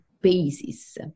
basis